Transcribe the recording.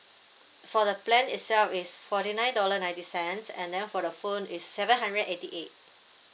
for the plan itself is forty nine dollar ninety cents and then for the phone is seven hundred eighty eight